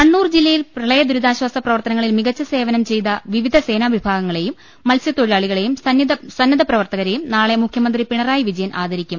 കണ്ണൂർ ജില്ലയിൽ പ്രളയ ദുരിതാശ്ചാസ പ്രവർത്തനങ്ങളിൽ മികച്ച സേവനം ചെയ്ത വിവിധ് സേനാവിഭാഗങ്ങളെയും മത്സൃതൊഴിലാളികളെയും സന്നദ്ധ് പ്രപ്പർത്തകരെയും നാളെ മുഖൃ മന്ത്രി പിണറായി വിജയൻ ആദരിക്കും